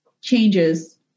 changes